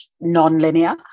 non-linear